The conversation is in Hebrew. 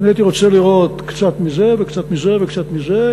אני הייתי רוצה לראות קצת מזה וקצת מזה וקצת מזה,